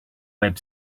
web